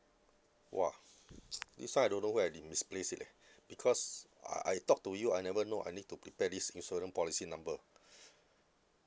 !wah! this one I don't know where I did misplace it leh because I I talk to you I never know I need to prepare this insurance policy number